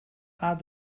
add